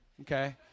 okay